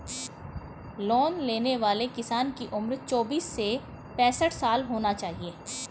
loan लेने वाले किसान की उम्र चौबीस से पैंसठ साल होना चाहिए